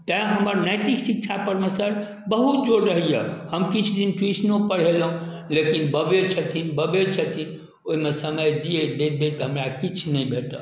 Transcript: तेँ हमर नैतिक शिक्षापरमे सर बहुत जोर रहैए हम किछुदिन ट्यूशनो पढ़ेलहुँ लेकिन बबे छथिन बबे छथिन ओहिमे समय दिअऽ दैत दैत हमरा किछु नहि भेटल